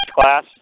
class